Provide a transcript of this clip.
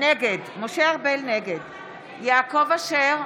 נגד יעקב אשר,